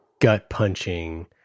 gut-punching